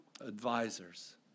advisors